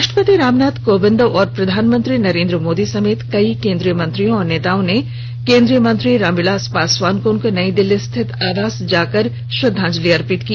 राष्ट्रपति रामनाथ कोविंद और प्रधानमंत्री नरेन्द्र मोदी समेत कई केन्द्रीय मंत्रियों और नेताओं ने केन्द्रीय मंत्री रामविलास पासवान को उनके नई दिल्ली स्थित आवास जाकर श्रद्वांजलि दी